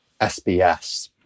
SBS